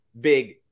big